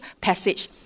passage